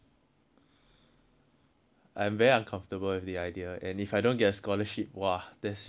I'm very uncomfortable with the idea and if I don't get a scholarship then !wow! that's just goodbye to all my money sia